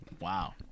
Wow